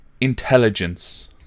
intelligence